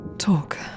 talk